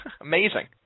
Amazing